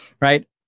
right